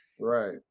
Right